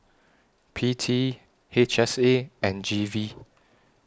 P T H S A and G V